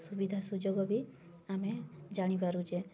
ସୁବିଧା ସୁଯୋଗ ବି ଆମେ ଜାଣି ପାରୁଛେ